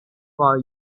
for